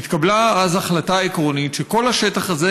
התקבלה אז החלטה עקרונית שכל השטח הזה